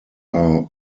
are